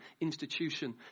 institution